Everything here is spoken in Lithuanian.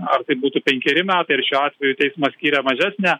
ar tai būtų penkeri metai ir šiuo atveju teismas skyrė mažesnę